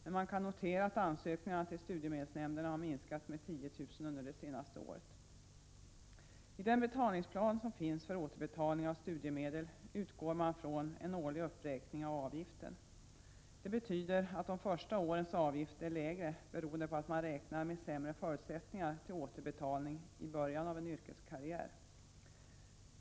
Men man kan notera att ansökningarna till studiemedelsnämnderna har minskat med 10 000 under det senaste året. I den betalningsplan som finns för återbetalning av studiemedel utgår man från en årlig uppräkning av avgiften. Det betyder att de första årens avgift är lägre, beroende på att man räknar med sämre förutsättningar till återbetalning i början av en yrkeskarriär.